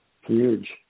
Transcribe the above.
Huge